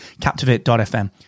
Captivate.fm